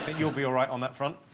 but you'll be all right on that front